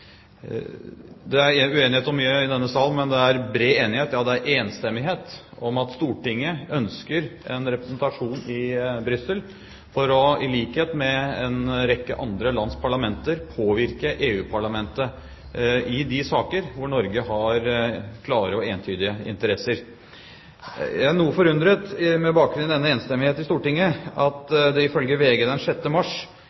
Det er uenighet om mye i denne sal, men det er bred enighet, ja det er enstemmighet, om at Stortinget ønsker en representasjon i Brussel for i likhet med en rekke andre lands parlamenter å påvirke EU-parlamentet i de saker hvor Norge har klare og entydige interesser. Med bakgrunn i denne enstemmigheten i Stortinget er jeg noe forundret